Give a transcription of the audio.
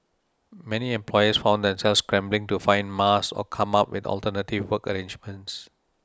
many employers found themselves scrambling to find mask or come up with alternative work arrangements